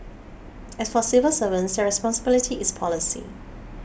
as for civil servants their responsibility is policy